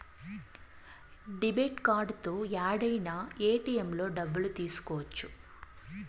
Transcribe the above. debit కార్డుతో యాడైనా ఏటిఎంలలో డబ్బులు తీసుకోవచ్చు